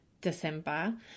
December